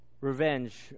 Revenge